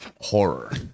horror